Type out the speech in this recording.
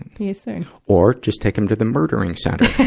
here soon. or, just take em to the murdering center.